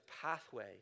pathway